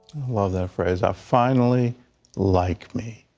love that phrase. i finally like me.